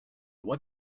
what